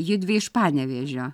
judvi iš panevėžio